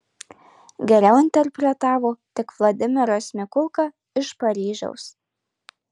geriau interpretavo tik vladimiras mikulka iš paryžiaus